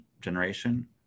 generation